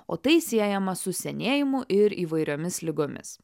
o tai siejama su senėjimu ir įvairiomis ligomis